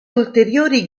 ulteriori